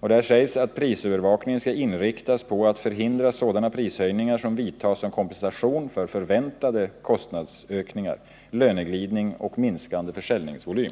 där det sägs att prisövervakningen skall inriktas på att förhindra sådana prishöjningar som vidtas som kompensation för förväntade kostnadsökningar, löneglidning och minskande försäljningsvolym.